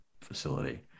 facility